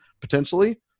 potentially